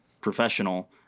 professional